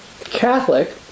Catholic